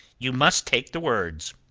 you must take the words.